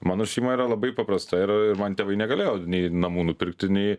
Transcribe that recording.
mano šeima yra labai paprasta ir ir man tėvai negalėjo nei namų nupirkti nei